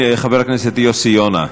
חבר הכנסת יוסי יונה.